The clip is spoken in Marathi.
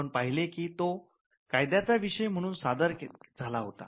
आपण पहिले की तो कायद्याचा विषय म्हणून सादर झाला होता